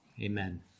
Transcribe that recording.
Amen